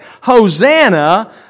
Hosanna